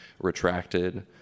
retracted